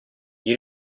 gli